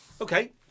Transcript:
Okay